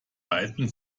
beiden